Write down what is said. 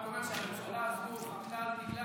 רק אומר שהממשלה זהו חרתה על דגלה,